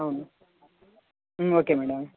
అవును okay madam